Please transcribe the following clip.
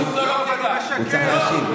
אני לא רוצה לצעוק איתו.